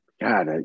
God